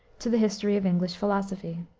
to the history of english philosophy.